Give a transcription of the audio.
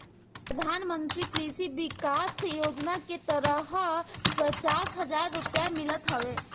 प्रधानमंत्री कृषि विकास योजना के तहत पचास हजार रुपिया मिलत हवे